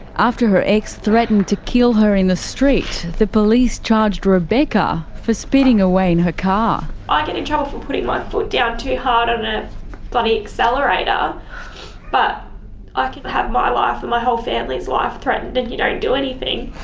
after her ex threatened to kill her in the street, the police charged rebecca for speeding away in her car. i get in trouble for putting my foot down too hard on the bloody accelerator but i can have my life and my whole family's life threatened and you don't do anything,